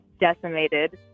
decimated